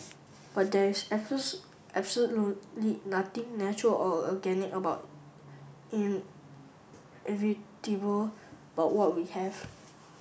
but there is absolutely nothing natural or organic about and but what we have